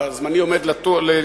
אבל זמני עומד להסתיים.